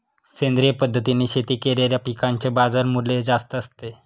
सेंद्रिय पद्धतीने शेती केलेल्या पिकांचे बाजारमूल्य जास्त असते